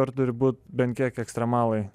ar turi būt bent kiek ekstremalai